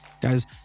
Guys